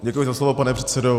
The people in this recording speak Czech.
Děkuji za slovo, pane předsedo.